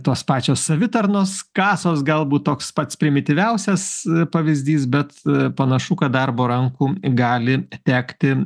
tos pačios savitarnos kasos galbūt toks pats primityviausias pavyzdys bet panašu kad darbo rankų gali tekti